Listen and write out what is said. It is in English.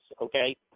okay